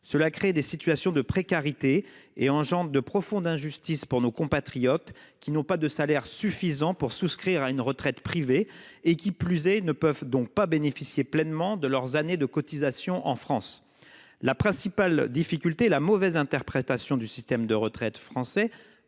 en résulte des situations de précarité et une profonde injustice pour nos compatriotes qui n’ont pas de salaire suffisant pour souscrire à une retraite privée et ne peuvent donc pas bénéficier pleinement de leurs années de cotisation dans notre pays. La principale difficulté est la mauvaise interprétation du système de retraite français